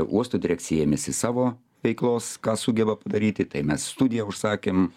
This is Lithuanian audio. uosto direkcija ėmėsi savo veiklos ką sugeba padaryti tai mes studiją užsakėm